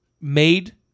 made